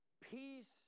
peace